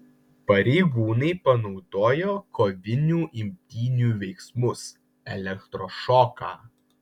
pareigūnai panaudojo kovinių imtynių veiksmus elektrošoką